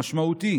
משמעותי